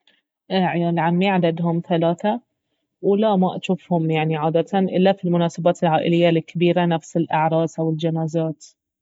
عيال عمي عددهم ثلاثة ولا ما اجوفهم يعني عادةً إلا في المناسبات العائلية الكبيرة نفس الاعراس او الجنازات